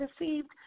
received